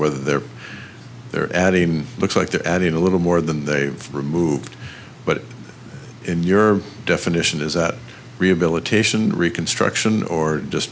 where they're they're adding looks like they're adding a little more than they've removed but in your definition is that rehabilitation and reconstruction or just